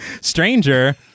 stranger